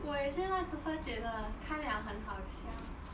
我也是那时候觉得看了很好笑